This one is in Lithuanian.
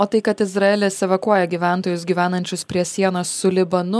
o tai kad izraelis evakuoja gyventojus gyvenančius prie sienos su libanu